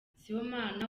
sibomana